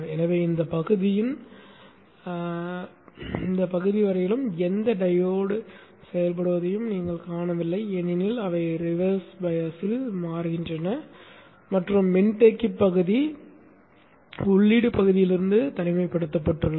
எனவே இந்தப் பகுதியின் போதும் இந்தப் பகுதி வரையிலும் எந்த டையோடும் செயல்படுவதை நீங்கள் காணவில்லை ஏனெனில் அவை ரிவர்ஸ் பயஸில் மாறுகின்றன மற்றும் மின்தேக்கி பகுதி உள்ளீடு பகுதியிலிருந்து தனிமைப்படுத்தப்பட்டுள்ளது